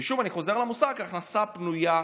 ושוב, אני חוזר למושג הכנסה פנויה,